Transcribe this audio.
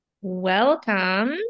Welcome